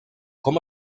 com